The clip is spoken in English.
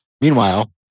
Meanwhile